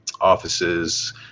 offices